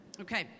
Okay